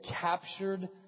captured